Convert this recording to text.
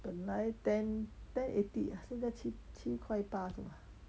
本来 ten ten eighty 现在七七块八是吗